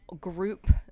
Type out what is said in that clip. group